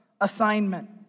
assignment